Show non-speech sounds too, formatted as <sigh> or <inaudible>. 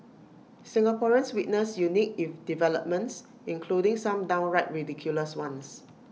Singaporeans witnessed unique <unintelligible> developments including some downright ridiculous ones